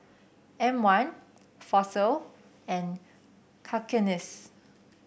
M one Fossil and Cakenis